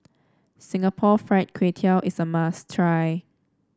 Singapore Fried Kway Tiao is a must try